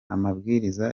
amabwiriza